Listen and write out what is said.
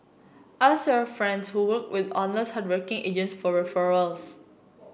ask your friends who worked with honest hardworking agents for referrals